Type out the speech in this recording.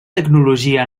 tecnologia